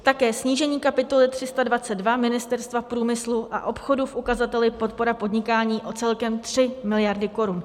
Také snížení kapitoly 322 Ministerstva průmyslu a obchodu v ukazateli podpora podnikání o celkem 3 miliardy korun.